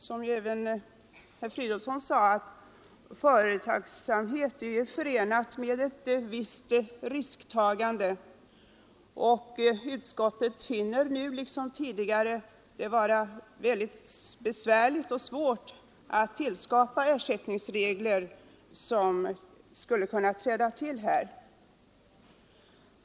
Som herr Fridolfsson sade är företagsamhet förenad med ett visst risktagande, och utskottet finner det nu liksom tidigare vara svårt att tillskapa ersättningsregler som skulle kunna träda till.